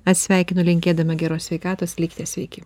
atsisveikinu linkėdama geros sveikatos likite sveiki